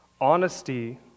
Honesty